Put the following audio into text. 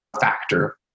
factor